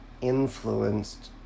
influenced